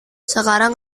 sekarang